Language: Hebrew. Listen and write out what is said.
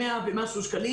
כ-100 שקלים,